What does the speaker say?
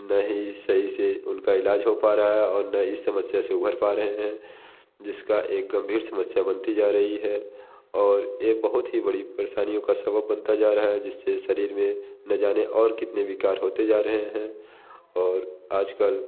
ना ही सही से उनका इलाज हो पा रहा है और ना इस समस्या से उभर पा रहे हैं जिसकी एक गंभीर समस्या बनती जा रही है और ये बहोत ही बड़ी परेशानियों का सबब बनता जा रहा है जिससे शरीर में ना जाने और कितने विकार होते जा रहे हैं और आज कल